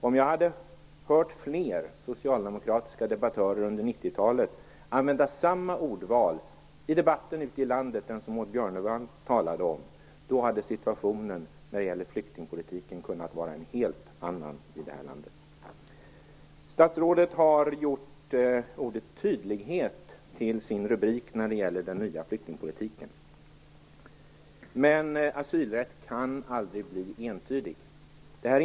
Om jag hade hört fler socialdemokratiska debattörer under 90-talet använda samma ordval i debatten ute i landet - den som Maud Björnemalm talade om - så hade situationen för flyktingpolitiken kunnat vara en helt annan i detta land. Statsrådet har gjort tydlighet till rubrik för den nya flyktingpolitiken. Men asylrätt kan aldrig bli entydig.